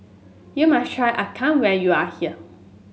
you must try appam when you are here